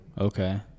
okay